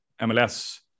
MLS